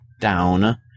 down